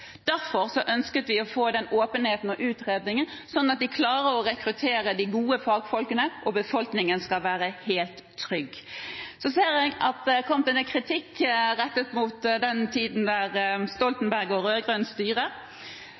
Derfor ønsket vi den åpenheten og utredningen, sånn at de klarer å rekruttere de gode fagfolkene og befolkningen skal være helt trygg. Jeg ser at det er kommet en del kritikk rettet mot tiden da Stoltenberg og